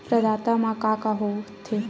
प्रदाता मा का का हो थे?